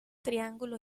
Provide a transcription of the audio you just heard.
triángulo